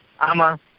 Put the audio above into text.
Ama